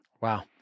Wow